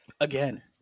again